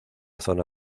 zona